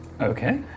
Okay